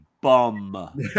Bum